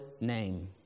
name